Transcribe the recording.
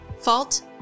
fault